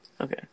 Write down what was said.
Okay